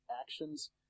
actions